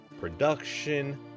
production